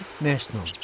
National